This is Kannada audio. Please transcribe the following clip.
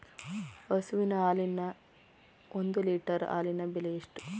ಹಸುವಿನ ಹಾಲಿನ ಒಂದು ಲೀಟರ್ ಹಾಲಿನ ಬೆಲೆ ಎಷ್ಟು?